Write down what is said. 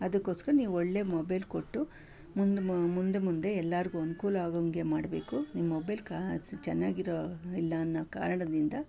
ಅದಕ್ಕೋಸ್ಕರ ನೀವು ಒಳ್ಳೆ ಮೊಬೈಲ್ ಕೊಟ್ಟು ಮುಂದೆ ಮುಂದೆ ಮುಂದೆ ಎಲ್ಲರಿಗೂ ಅನುಕೂಲ ಆಗುವಂತೆ ಮಾಡಬೇಕು ನಿಮ್ಮ ಮೊಬೈಲ್ ಕ ಚೆನ್ನಾಗಿರೋ ಇಲ್ಲ ಅನ್ನೋ ಕಾರಣದಿಂದ